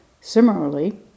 Similarly